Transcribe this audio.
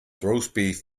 roastbeef